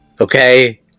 Okay